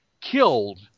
killed